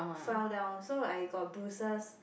fell down so I got bruises